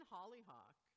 Hollyhock